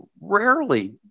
rarely